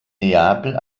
neapel